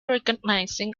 recognizing